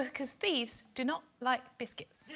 because thieves do not like biscuits